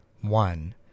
One